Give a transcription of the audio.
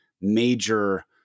major